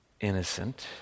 innocent